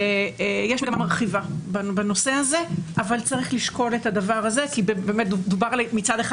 מגמה מרחיבה בנושא אבל צריך לשקול את הדבר הזה כי דובר מצד אחד